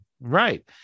right